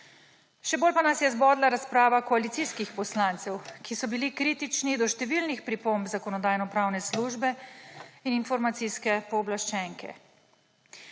Še bolj pa nas je zbodla razprava koalicijskih poslancev, ki so bili kritični do številnih pripomb Zakonodajno-pravne službe in informacijske pooblaščenke.